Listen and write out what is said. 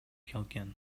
келген